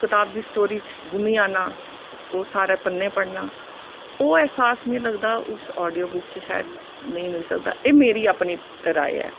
कताब दी स्टोरी च गुम्मी जाना ओह् सारे पन्ने पढ़ना ओह् ऐह्सास मी लगदा उस आडियो बुक च शायद नेईं मिली सकदा एह् मेरी अपनी राय ऐ